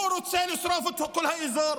הוא רוצה לשרוף את כל האזור.